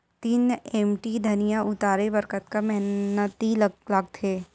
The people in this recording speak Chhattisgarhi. तीन एम.टी धनिया उतारे बर कतका मेहनती लागथे?